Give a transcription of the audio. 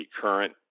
current